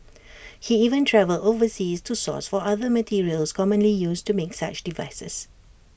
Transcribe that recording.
he even travelled overseas to source for other materials commonly used to make such devices